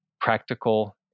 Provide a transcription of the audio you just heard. practical